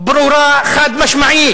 ברור, חד-משמעי,